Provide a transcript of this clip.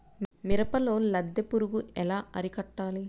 మిరపలో లద్దె పురుగు ఎలా అరికట్టాలి?